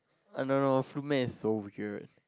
I don't know roommate is so vigilant